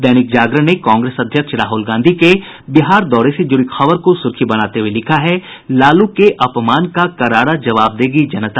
दैनिक जागरण ने कांग्रेस अध्यक्ष राहुल गांधी के बिहार दौरे से जुड़ी खबर को सुर्खी बनाते हुये लिखा है लालू के अपमान का करारा जवाब देगी जनता